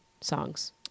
songs